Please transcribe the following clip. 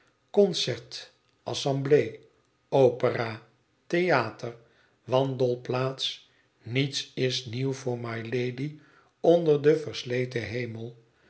concert assemblee opera theater wandelplaats niets is nieuw voor mylady onder den versleten hemel